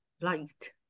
light